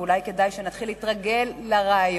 ואולי כדאי שנתחיל להתרגל לרעיון.